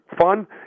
fun